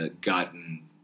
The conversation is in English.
gotten